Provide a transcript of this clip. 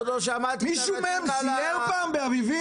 מישהו מהם סייר פעם באביבים?